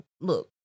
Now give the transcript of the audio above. look